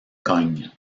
cogne